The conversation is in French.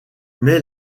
mais